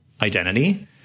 identity